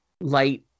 light